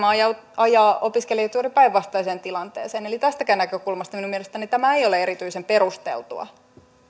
ajaa opiskelijat juuri päinvastaiseen tilanteeseen eli tästäkään näkökulmasta minun mielestäni tämä ei ole erityisen perusteltua